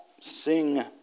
sing